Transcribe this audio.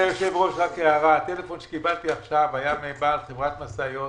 רק הערה: הטלפון שקיבלתי כעת היה מבעל חברת משאיות.